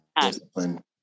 Discipline